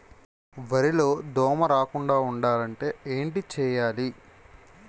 వరిలో దోమ రాకుండ ఉండాలంటే ఏంటి చేయాలి?